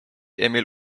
emil